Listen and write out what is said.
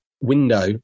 window